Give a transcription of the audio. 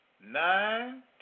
Nine